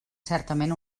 certament